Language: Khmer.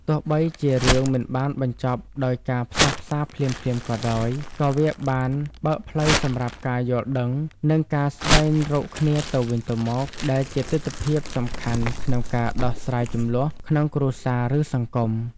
ទោះបីជារឿងមិនបានបញ្ចប់ដោយការផ្សះផ្សារភ្លាមៗក៏ដោយ ក៏វាបានបើកផ្លូវសម្រាប់ការយល់ដឹង និងការស្វែងរកគ្នាទៅវិញទៅមក ដែលជាទិដ្ឋភាពសំខាន់ក្នុងការដោះស្រាយជម្លោះក្នុងគ្រួសារ ឬសង្គម។